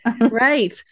Right